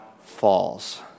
falls